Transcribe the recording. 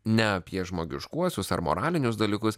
ne apie žmogiškuosius ar moralinius dalykus